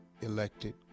elected